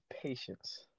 patience